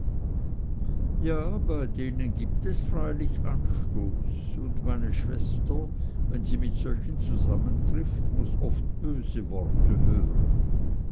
ja bei denen gibt es freilich anstoß und meine schwester wenn sie mit solchen zusammentrifft muß oft böse worte hören